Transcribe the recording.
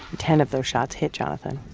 ten of those shots hit jonathan